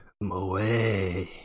Moe